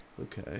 okay